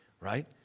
right